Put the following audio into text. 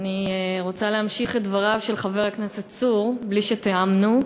אני רוצה להמשיך את דבריו של חבר הכנסת צור בלי שתיאמנו.